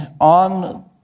on